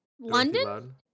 London